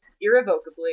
irrevocably